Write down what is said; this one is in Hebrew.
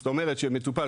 זאת אומרת שהמטופל,